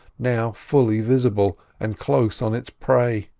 now fully visible, and close on its prey.